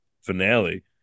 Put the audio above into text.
finale